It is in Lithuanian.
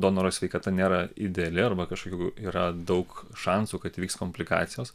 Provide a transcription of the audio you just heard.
donoro sveikata nėra ideali arba kažkokių yra daug šansų kad įvyks komplikacijos